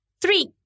Three